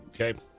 Okay